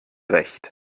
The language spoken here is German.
recht